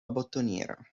bottoniera